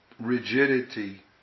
rigidity